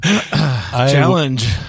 Challenge